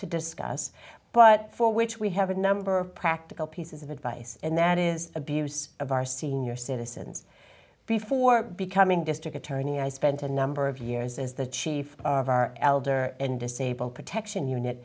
to discuss but for which we have a number of practical pieces of advice and that is abuse of our senior citizens before becoming district attorney i spent a number of years as the chief of our elder and disabled protection unit